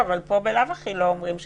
אבל פה בלאו הכי לא אומרים שהשר.